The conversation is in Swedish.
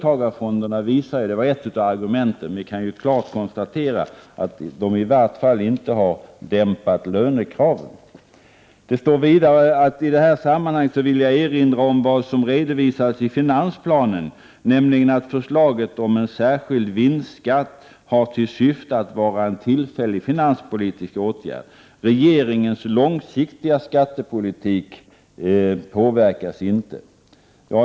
Inte heller har löntagarfonderna dämpat lönekraven, vilket var ett av argumenten för dessa fonder. Jag vill i sammanhanget redovisa vad som står i finansplanen, nämligen att förslaget om en särskild vinstskatt har till syfte att vara en tillfällig finanspolitisk åtgärd. Regeringens långsiktiga skattepolitik påverkas inte.